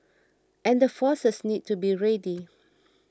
and the forces need to be ready